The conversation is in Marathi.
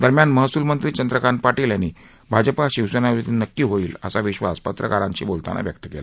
दरम्यान महसूल मंत्री चंद्रकांत पाटील यांनी भाजपा शिवसेना य्ती नक्की होईल असा विश्वास पत्रकारांशी बोलताना व्यक्त केला